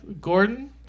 Gordon